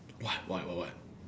what what what what